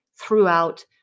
throughout